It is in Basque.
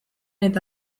eta